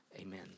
Amen